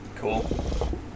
Cool